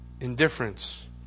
Indifference